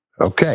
Okay